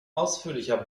ausführlicher